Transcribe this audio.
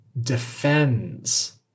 defends